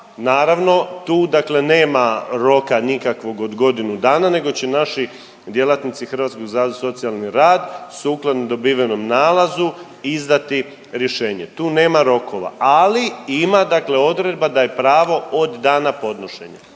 Naravno tu dakle nema roka nikakvog od godinu dana nego će naši djelatnici Hrvatskog zavoda za socijalni rad sukladno dobivenom nalazu izdati rješenje, tu nema rokova, ali ima odredba da je pravo od dana podnošenja.